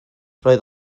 roedd